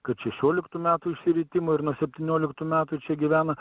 kad šešioliktų metų išsiritimo ir nuo septynioliktų metų čia gyvena